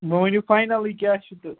مےٚ ؤنِو فاینلٕے کیٛاہ چھُ تہٕ